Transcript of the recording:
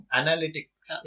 analytics